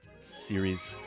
series